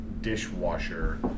dishwasher